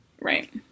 Right